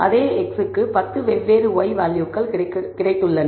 அதே x க்கு 10 வெவ்வேறு y வேல்யூகள் கிடைத்துள்ளன